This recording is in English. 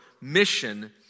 mission